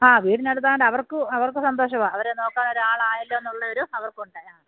ആ വീടിനടുത്ത് ആയതുകൊണ്ട് അവർക്ക് അവർക്ക് സന്തോഷമാണ് അവരെ നോക്കാനൊരാളായല്ലോ എന്നുള്ളൊരു ഇത് അവർക്കുണ്ട്